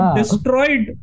destroyed